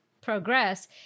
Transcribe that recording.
progress